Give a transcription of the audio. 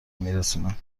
میرسونه